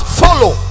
follow